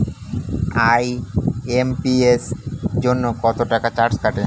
IMPS জন্য কত charge কাটে?